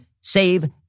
save